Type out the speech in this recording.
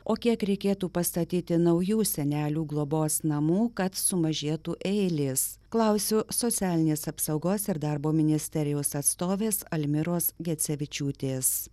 o kiek reikėtų pastatyti naujų senelių globos namų kad sumažėtų eilės klausiu socialinės apsaugos ir darbo ministerijos atstovės almiros gecevičiūtės